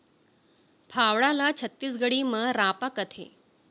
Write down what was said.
फावड़ा ल छत्तीसगढ़ी म रॉंपा कथें